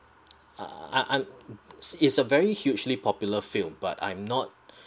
uh I'm I'm is a very hugely popular film but I'm not